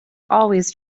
always